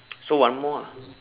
so one more ah